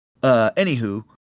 anywho